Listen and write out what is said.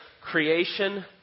creation